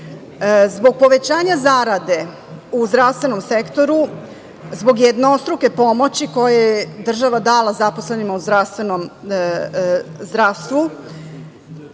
Zbog povećanja zarade u zdravstvenom sektoru, zbog jednostruke pomoći koju je država dala zaposlenima u zdravstvu,